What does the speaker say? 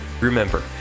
Remember